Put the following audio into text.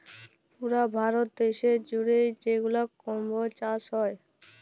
পুরা ভারত দ্যাশ জুইড়ে যেগলা কম্বজ চাষ হ্যয়